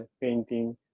painting